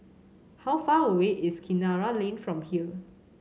how far away is Kinara Lane from here